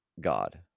God